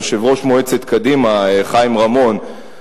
יושב-ראש מועצת קדימה חיים רמון,